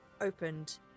opened